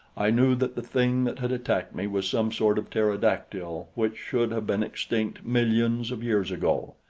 i knew that the thing that had attacked me was some sort of pterodactyl which should have been extinct millions of years ago.